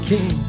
King